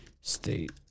State